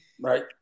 Right